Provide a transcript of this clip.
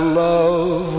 love